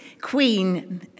queen